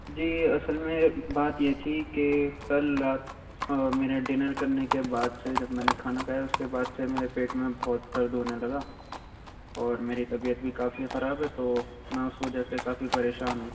جی اصل میں بات یہ تھی کہ کل رات میں نے ڈنر کرنے کے بعد سے جب میں نے کھانا کھایا اُس کے بعد سے میرے پیٹ میں بہت درد ہونے لگا اور میری طبیعت بھی کافی خراب ہے تو میں اُس وجہ سے کافی پریشان ہوں